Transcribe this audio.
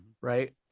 right